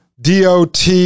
dot